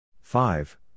Five